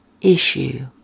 issue